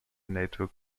network